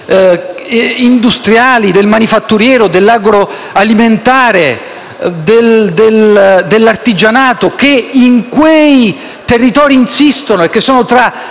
industriali del manifatturiero, dell'agroalimentare, dell'artigianato che in quei territori insistono e che sono tra